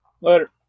Later